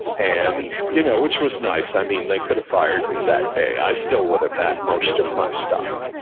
and you know which was nice. i mean, they could've fired me that day. i still would've had most of my stock.